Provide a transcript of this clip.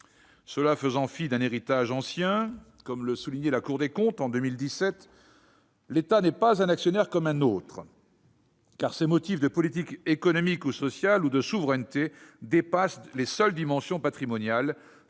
fait ainsi fi d'un héritage ancien. Or, comme le soulignait la Cour des comptes en 2017, « l'État n'est pas un actionnaire comme un autre », car ses motifs de politique économique ou sociale ou de souveraineté « dépassent les seules dimensions patrimoniales